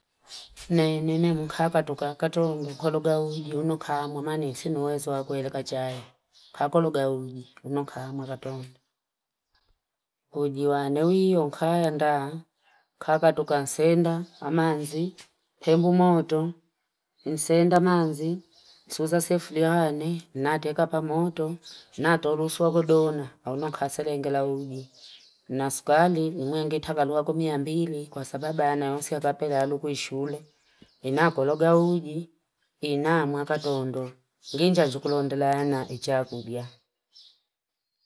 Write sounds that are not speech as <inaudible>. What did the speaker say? <noise> Nini mkaka tuka katundu, koluga uji, unukamu mani sinuwezu wako eleka chaye. Kakoluga uji, <noise> unukamu katundu. Ujiwane uji, unuka yanda. Kaka tuka senda, amanzi, pembu moto. Msenda manzi, suza sefulihane, nateka pa moto. <noise> Na torusu wa gudona, unukasere ngila uji. Na sukali, mwenge itakalua gumi ambili, kwa sababa anawansi ya kapelalu kwe shule. Inakoluga uji, inamu kakatundu. Nginja jukulundula yana, itiakudia. <noise>